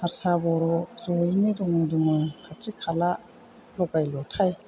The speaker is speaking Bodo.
हारसा बर' ज'यैनो दङ दङ खाथि खाला ल'गाय ल'थाय